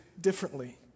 differently